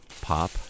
Pop